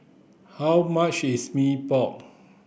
how much is Mee Pok